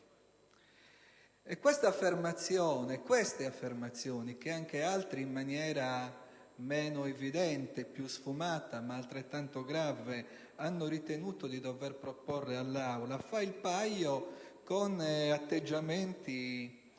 questa affermazione - così come quelle che altri colleghi, in maniera meno evidente e più sfumata ma altrettanto grave, hanno ritenuto di dover proporre all'Aula - fa il paio con atteggiamenti